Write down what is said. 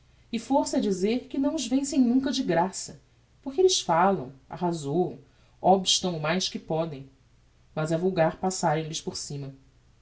e força é dizer que não os vencem nunca de graça porque elles falam arrazoam obstam o mais que podem mas é vulgar passarem lhes por cima